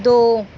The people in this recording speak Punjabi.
ਦੋ